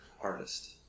artist